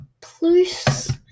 plus